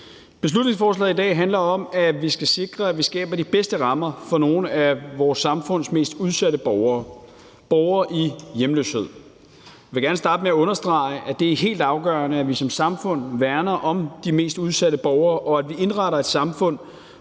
Beslutningsforslaget i dag handler om, at vi skal sikre, at vi skaber de bedste rammer for nogle af vores samfunds mest udsatte borgere: borgere i hjemløshed. Jeg vil gerne starte med at understrege, at det er helt afgørende, at vi som samfund værner om de mest udsatte borgere, og at vi indretter et samfund,